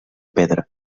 pedra